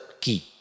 key